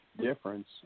difference